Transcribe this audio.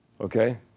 Okay